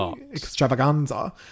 extravaganza